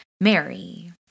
Mary